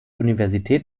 universität